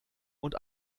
und